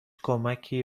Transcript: کمکی